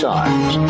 Times